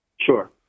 Sure